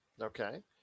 Okay